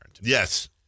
Yes